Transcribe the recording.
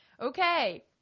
Okay